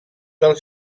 del